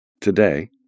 today